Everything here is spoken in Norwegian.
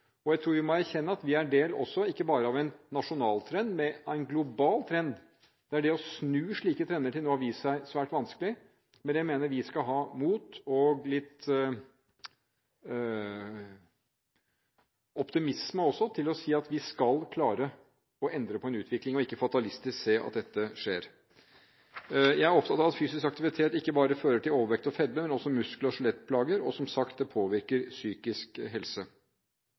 Jeg tror vi må erkjenne at vi er en del av ikke bare en nasjonal, men en global trend. Det å snu slike trender har til nå vist seg svært vanskelig. Med det mener jeg at vi skal ha mot, og litt optimisme også, til å si at vi skal klare å endre på en utvikling, og ikke fatalistisk se på at dette skjer. Jeg er opptatt av at lite fysisk aktivitet ikke bare fører til overvekt og fedme, men også muskel- og skjelettplager, og, som sagt, det påvirker psykisk helse.